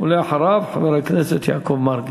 ואחריו, חבר הכנסת יעקב מרגי.